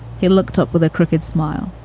he looked up with a crooked smile.